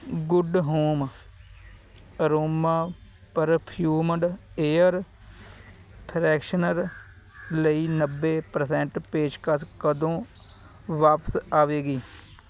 good home aroma perfumed air freshener ਲਈ ਨੱਬੇ percent ਪੇਸ਼ਕਸ਼ ਕਦੋਂ ਵਾਪਸ ਆਵੇਗੀ